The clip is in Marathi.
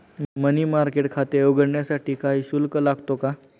मनी मार्केट खाते उघडण्यासाठी काही शुल्क लागतो का?